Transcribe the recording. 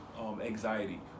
anxiety